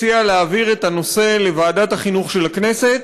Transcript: מציע להעביר את הנושא לוועדת החינוך של הכנסת,